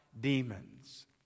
demons